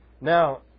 Now